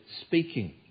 speaking